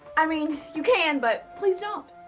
i mean, you can, but please don't.